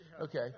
Okay